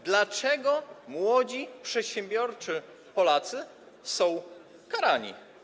Dlaczego młodzi przedsiębiorczy Polacy są karani?